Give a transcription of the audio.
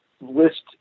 list